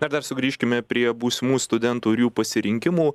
na dar dar sugrįžkime prie būsimų studentų ir jų pasirinkimų